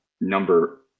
number